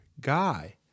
guy